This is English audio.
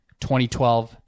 2012